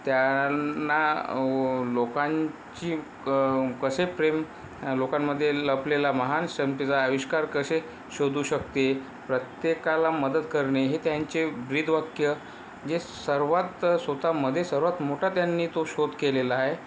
त्यांना लोकांची क कसे प्रेम लोकांमधे लपलेला महान क्षमतेचा आविष्कार कसे शोधू शकते प्रत्येकाला मदत करणे हे त्यांचे ब्रीदवाक्य जे सर्वात स्वतःमधे सर्वात मोठा त्यांनी तो शोध केलेला आहे